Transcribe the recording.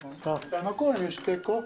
מה קורה אם יש תיקו?